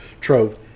trove